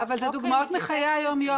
אבל אלה דוגמאות מחיי היום-יום.